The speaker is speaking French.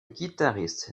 guitariste